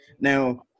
Now